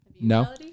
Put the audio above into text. No